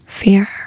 Fear